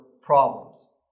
problems